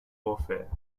warfare